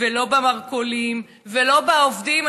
לא במרכולים ולא בעובדים.